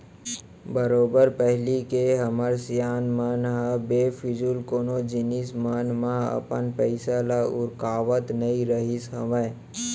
बरोबर पहिली के हमर सियान मन ह बेफिजूल कोनो जिनिस मन म अपन पइसा ल उरकावत नइ रहिस हावय